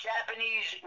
Japanese